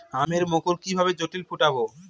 আমের মুকুল কিভাবে জলদি ফুটাব?